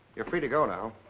you're free to go now.